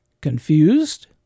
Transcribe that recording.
Confused